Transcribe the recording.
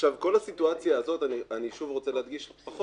כל הסיטואציה הזאת פחות